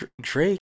Drake